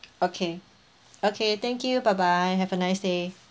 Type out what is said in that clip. okay okay thank you bye bye have a nice day